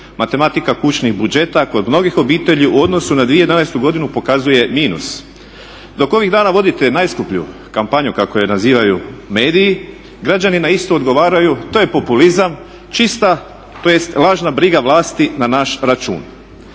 Matematika kućnih budžeta kod mnogih obitelji u odnosu na 2011. godinu pokazuje minus. Dok ovih dana vodite najskuplju kampanju kako je nazivaju mediji, građani na istu odgovaraju to je populizam, čista tj. lažna briga vlasti na naš račun.